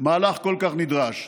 מהלך כל כך נדרש.